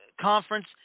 Conference